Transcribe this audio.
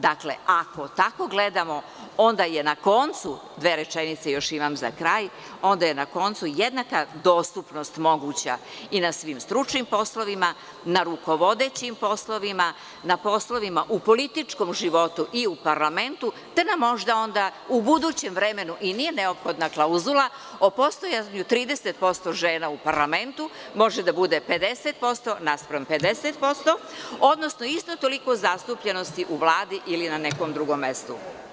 Dakle, ako tako gledamo, onda je na koncu, dve rečenice još imam za kraj, jednaka dostupnost moguća i na svim stručnim poslovima, na rukovodećim poslovima, na poslovima u političkom životu i u parlamentu, te da možda onda u budućem vremenu i nije neophodna klauzula o postojanju 30% žena u parlamentu, može da bude 50% naspram 50%, odnosno isto toliko zastupljenosti u Vladi ili na nekom drugom mestu.